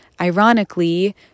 ironically